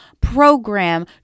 program